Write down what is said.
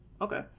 Okay